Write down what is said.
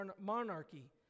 monarchy